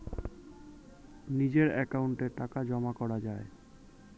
নিজের অ্যাকাউন্টে টাকা জমা করা যায়